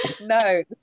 no